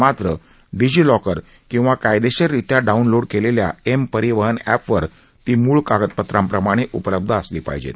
मात्र डीजीलॉकर किंवा कायदेशीर रित्या डाउनलोड केलेल्या एम परिवहन अप्रवर ती मूळ कागदपत्रांप्रमाणे उपलब्ध असली पाहिजेत